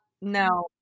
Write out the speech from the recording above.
No